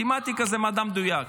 מתמטיקה זה מדע מדויק.